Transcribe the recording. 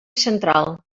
central